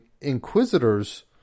inquisitors